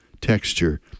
texture